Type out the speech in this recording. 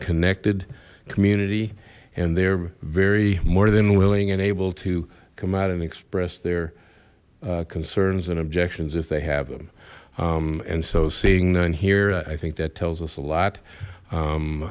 connected community and they're very more than willing and able to come out and express their concerns and objections if they have them and so seeing none here i think that tells us a lot